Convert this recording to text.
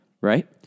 Right